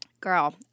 Girl